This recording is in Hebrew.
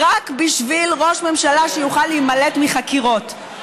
רק בשביל ראש ממשלה שיוכל להימלט מחקירות.